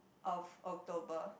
of October